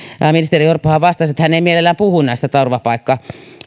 ministeri orpohan vastasi että hän ei mielellään puhu näistä turvapaikka